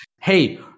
hey